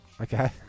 Okay